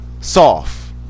soft